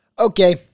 Okay